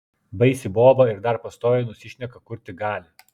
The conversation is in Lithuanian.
baisi boba ir dar pastoviai nusišneka kur tik gali